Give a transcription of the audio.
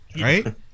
Right